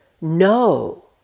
no